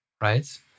right